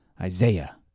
Isaiah